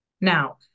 Now